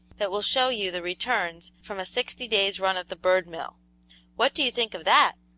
that will show you the returns from a sixty days' run at the bird mill what do you think of that?